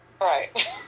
Right